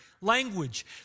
language